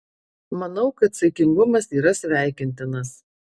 manau kad saikingumas yra sveikintinas